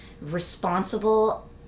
responsible